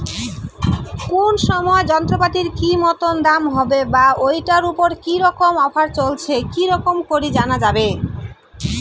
কোন সময় যন্ত্রপাতির কি মতন দাম হবে বা ঐটার উপর কি রকম অফার চলছে কি রকম করি জানা যাবে?